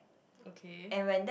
okay